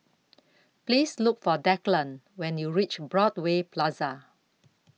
Please Look For Declan when YOU REACH Broadway Plaza